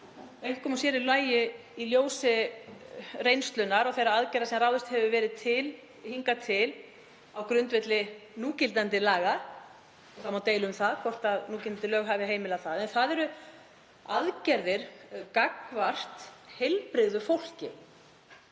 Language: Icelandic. einkum og sér í lagi í ljósi reynslunnar og þeirra aðgerða sem ráðist hefur verið í hingað til á grundvelli núgildandi laga. Það má deila um það hvort núgildandi lög hafi heimilað það. Það eru aðgerðir gagnvart heilbrigðu fólki.